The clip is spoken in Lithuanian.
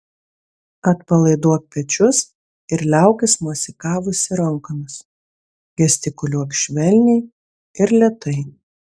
atpalaiduok pečius ir liaukis mosikavusi rankomis gestikuliuok švelniai ir lėtai